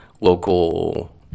local